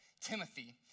Timothy